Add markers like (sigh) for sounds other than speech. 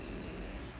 (noise)